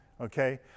okay